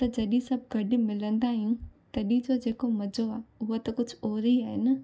त जॾहिं सभु गॾ मिलंदा आहियूं तॾहिं जो जेको मज़ो आहे उहो त कुझु ओर ई आहे न